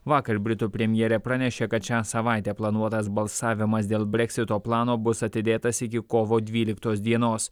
vakar britų premjerė pranešė kad šią savaitę planuotas balsavimas dėl breksito plano bus atidėtas iki kovo dvyliktos dienos